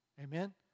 Amen